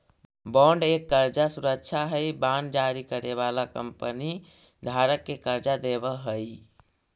bond एक कर्जा सुरक्षा हई बांड जारी करे वाला कंपनी धारक के कर्जा देवऽ हई